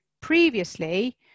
previously